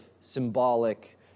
symbolic